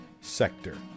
sector